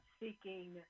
seeking